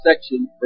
section